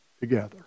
together